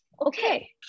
okay